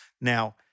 Now